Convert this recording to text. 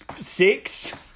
six